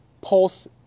pulse